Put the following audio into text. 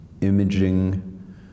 Imaging